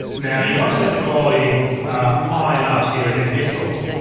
now you wanna set the quality high enough so you don't get pixels.